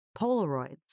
Polaroids